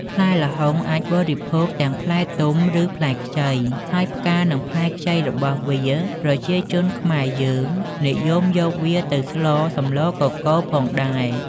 ផ្លែល្ហុងអាចបរិភោគទាំងផ្លែទុំ ឬផ្លែខ្ចី ហើយផ្កានិងផ្លែខ្ចីរបស់វា ប្រជាជនខ្មែរយើងនិយមយកវាទៅស្លសម្លកកូរផងដែរ។